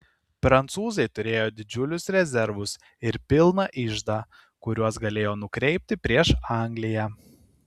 prancūzai turėjo didžiulius rezervus ir pilną iždą kuriuos galėjo nukreipti prieš angliją